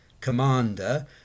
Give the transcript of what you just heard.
commander